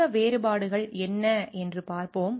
இந்த வேறுபாடுகள் என்ன என்று பார்ப்போம்